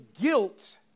guilt